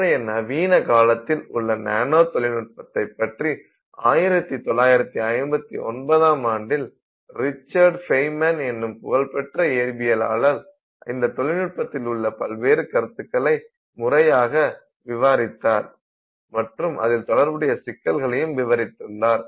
இன்றைய நவீன காலத்தில் உள்ள நானோ தொழில்நுட்பத்தை பற்றி 1959 ஆம் ஆண்டில் ரிச்சர்ட் ஃபெய்ன்மேன் எனும் புகழ் பெற்ற இயற்பியலாளர் இந்த தொழில்நுட்பத்தில் உள்ள பல்வேறு கருத்துக்களை முறையாக விவரித்தார் மற்றும் அதில் தொடர்புடைய சிக்கல்களையும் விவரித்துள்ளார்